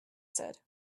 said